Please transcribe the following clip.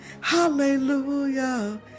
Hallelujah